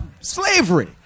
slavery